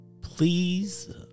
Please